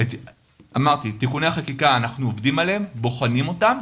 אמרתי שאנחנו עובדים על תיקוני החקיקה ובוחנים אותם,